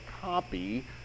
Copy